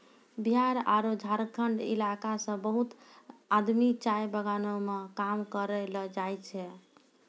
बिहार आरो झारखंड इलाका सॅ बहुत आदमी चाय बगानों मॅ काम करै ल जाय छै